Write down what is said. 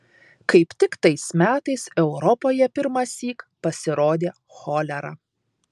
kaip tik tais metais europoje pirmąsyk pasirodė cholera